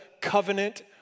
covenant